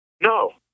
No